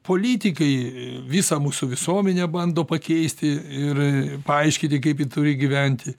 politikai visą mūsų visuomenę bando pakeisti ir paaiškinti kaip ji turi gyventi